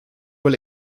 will